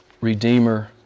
Redeemer